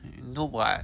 no what